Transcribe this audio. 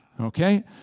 okay